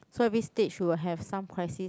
so every stage you will have some crisis